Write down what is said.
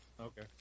Okay